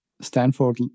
Stanford